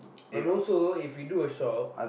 and also if we do a shop